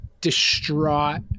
distraught